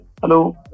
Hello